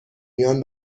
میان